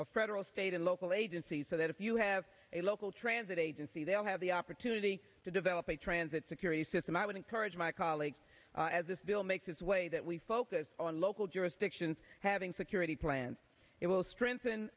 of federal state and local agencies so that if you have a local transit agency they will have the opportunity to develop a transit security system i would encourage my colleagues as this bill makes its way that we focus on local jurisdictions having security plans it will strengthen